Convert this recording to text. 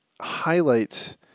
highlights